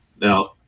Now